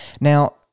Now